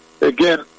again